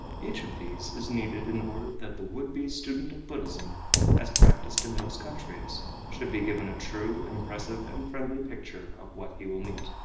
each of these is needed in order that the would be student buddhism as practiced in those countries should be given a true, impressive and friendly picture of what he will meet.